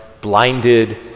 blinded